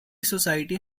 society